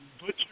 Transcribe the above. butcher